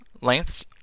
lengths